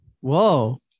Whoa